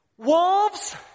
Wolves